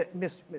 ah mr.